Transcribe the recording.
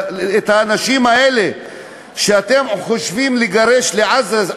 האנשים האלה שאתם חושבים לגרש לעזה?